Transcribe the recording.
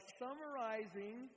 summarizing